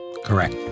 Correct